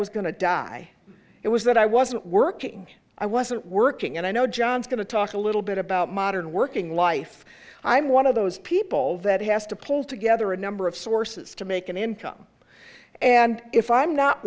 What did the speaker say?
was going to die it was that i wasn't working i wasn't working and i know john's going to talk a little bit about modern working life i'm one of those people that has to pull together a number of sources to make an income and if i'm not